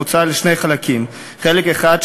הצעת החוק פוצלה לשני חלקים: חלק אחד,